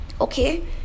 okay